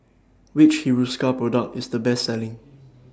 Which Hiruscar Product IS The Best Selling